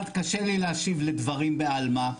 אחד, קשה לי להשיב לדברים בעלמה.